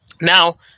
Now